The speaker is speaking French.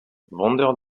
vendeur